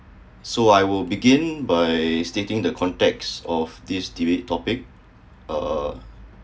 so I would begin by stating the context of this debate topic uh